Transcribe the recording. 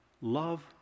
Love